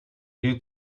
due